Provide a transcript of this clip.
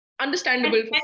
understandable